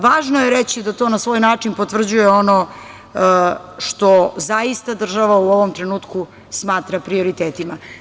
Važno je reći da to na svoj način potvrđuje ono što zaista država u ovom trenutku smatra prioritetima.